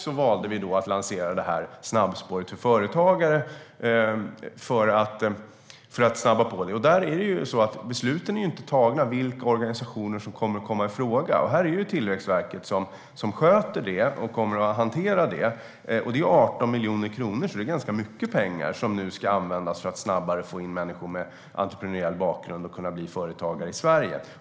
Vi valde också att lansera snabbspåret för företagare för att snabba på. Där är det ju så att besluten om vilka organisationer som kommer att komma i fråga inte är tagna. Det är Tillväxtverket som sköter det och kommer att hantera det. Det gäller 18 miljoner kronor, så det är ganska mycket pengar som nu ska användas för att snabbare få människor med entreprenöriell bakgrund att bli företagare i Sverige.